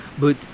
but